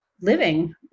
living